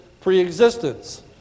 pre-existence